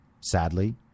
sadly